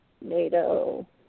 Nato